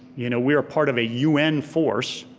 you know we are part of a un force,